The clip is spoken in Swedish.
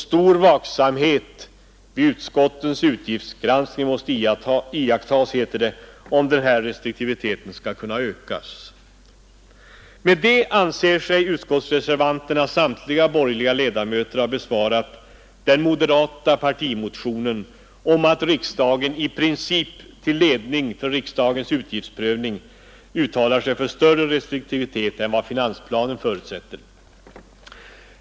Stor vaksamhet måste iakttas vid utskottens utgiftsgranskning, heter det, om restriktiviteten skall kunna ökas. Med detta anser sig utskottsreservanterna, samtliga borgerliga ledamöter, ha besvarat den moderata partimotionen om att riksdagen i princip till ledning för riksdagens utgiftsprövning skall uttala sig för större restriktivitet än vad finansplanen förutsätter.